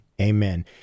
Amen